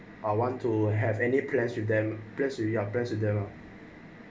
I want to have any plans with them blessed with me and plans to them lor